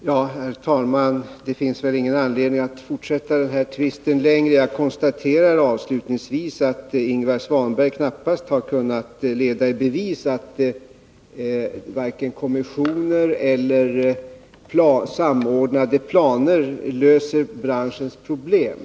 Herr talman! Det finns väl ingen anledning att förlänga den här tvisten. Jag konstaterar avslutningsvis att Ingvar Svanberg knappast har kunnat leda i bevis att kommissioner eller samordnade planer löser branschens problem.